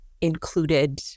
included